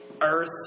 earth